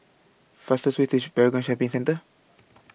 fastest Way tage Paragon Shopping Centre